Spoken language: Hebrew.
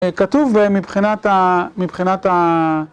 כתוב מבחינת ה... מבחינת ה...